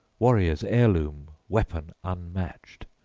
warriors' heirloom, weapon unmatched,